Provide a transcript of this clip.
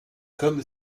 comme